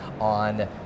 on